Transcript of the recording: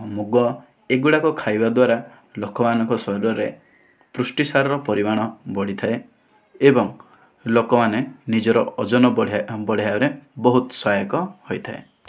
ମୁଗ ଏଗୁଡ଼ାକ ଖାଇବା ଦ୍ୱାରା ଲୋକମାନଙ୍କ ଶରୀରରେ ପୁଷ୍ଟିସାରର ପରିମାଣ ବଢିଥାଏ ଏବଂ ଲୋକମାନେ ନିଜର ଓଜନ ବଢେଇବା ବଢେଇବାରେ ବହୁତ ସହାୟକ ହୋଇଥାଏ